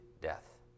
death